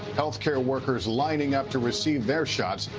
health care workers lining up to receive their shots.